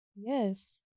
yes